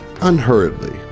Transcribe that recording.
unhurriedly